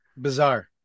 Bizarre